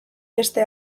beste